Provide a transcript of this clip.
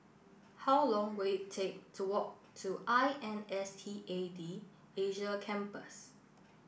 how long will it take to walk to I N S T A D Asia Campus